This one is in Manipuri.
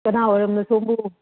ꯀꯅꯥ ꯑꯣꯏꯔꯕꯅꯣ ꯁꯣꯝꯕꯨ